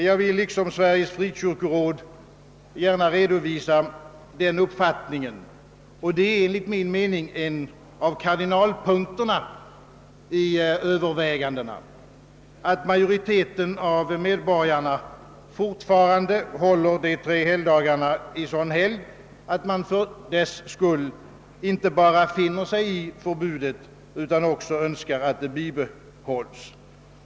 Jag vill liksom Sveriges frikyrkoråd gärna redovisa den uppfattningen — och det är enligt min mening en av kardinalpunkterna i övervägandena — att majoriteten medborgare fortfarande håller de tre helgdagarna i sådan helgd, att man för deras skull inte bara finner sig i förbudet utan också önskar att det bibehålls.